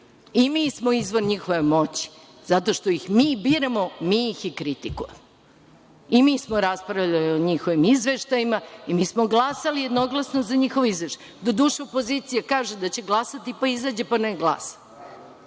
Mi smo izvor njihove moći zato što ih mi biramo mi ih i kritikujemo i mi smo raspravljali o njihovim izveštajima i mi smo glasali jednoglasno za njihov izveštaj. Doduše, opozicija kaže da će glasati, pa izađe, pa ne glasa.